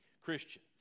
Christian